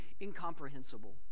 incomprehensible